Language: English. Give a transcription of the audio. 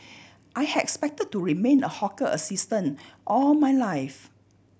I had expected to remain a hawker assistant all my life